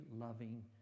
loving